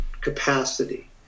capacity